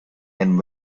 and